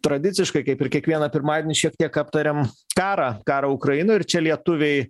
tradiciškai kaip ir kiekvieną pirmadienį šiek tiek aptariam karą karą ukrainoj ir čia lietuviai